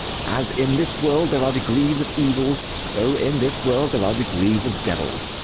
as in this world there are degrees of evils, so in this world there are degrees of devils.